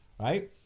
Right